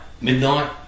midnight